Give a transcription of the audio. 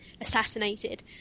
assassinated